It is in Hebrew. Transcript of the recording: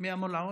מי אמור לעלות?